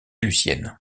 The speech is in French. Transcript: lucienne